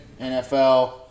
NFL